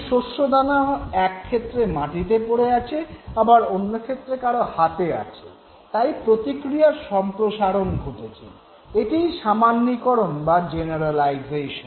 এই শস্যদানা এক ক্ষেত্রে মাটিতে পড়ে আছে আবার অন্য ক্ষেত্রে কারো হাতে আছে তাই প্রতিক্রিয়ার সম্প্রসারণ ঘটেছে এটিই সামান্যীকরণ বা জেনারালাইজেশন